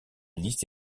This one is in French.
liste